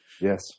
Yes